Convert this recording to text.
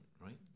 right